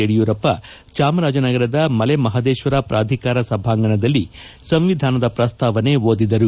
ಯಡಿಯೂರಪ್ಪ ಚಾಮರಾಜನಗರದ ಮಲೆಮಪದೇಶ್ವರ ಪ್ರಾಧಿಕಾರ ಸಭಾಂಗಣದಲ್ಲಿ ಸಂವಿಧಾನದ ಪ್ರಸ್ತಾವನೆ ಓದಿದರು